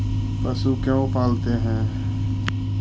पशु क्यों पालते हैं?